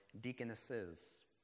deaconesses